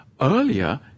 Earlier